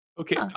Okay